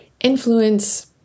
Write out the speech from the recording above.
influence